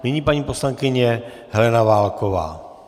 Nyní paní poslankyně Helena Válková.